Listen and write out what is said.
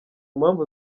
mpamvu